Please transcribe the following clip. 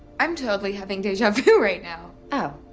i'm totally having deja vu right now. oh,